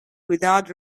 without